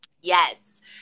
yes